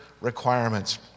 requirements